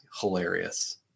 Hilarious